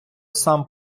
сам